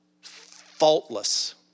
faultless